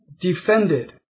defended